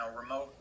remote